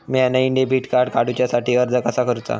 म्या नईन debit card काडुच्या साठी अर्ज कसा करूचा?